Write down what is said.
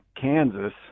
kansas